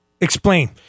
Explain